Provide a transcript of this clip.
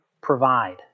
provide